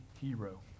hero